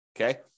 okay